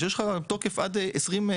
כשיש לך תוקף עד 2030,